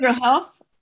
health